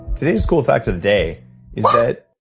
today's cool fact of the day is but